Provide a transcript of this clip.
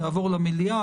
יעבור למליאה,